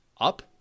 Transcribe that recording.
Up